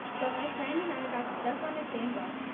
but my friend and i got stuck on a sandbar.